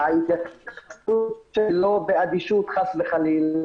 וההתייחסות לא באדישות, חס וחלילה.